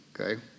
Okay